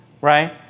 right